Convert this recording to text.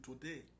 today